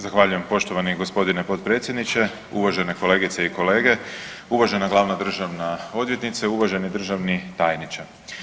Zahvaljujem gospodine Potpredsjedniče, uvaženi kolegice i kolege, uvažena Glavna državna odvjetnice, uvaženi državni tajniče.